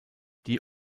die